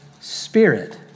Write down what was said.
spirit